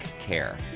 care